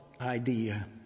idea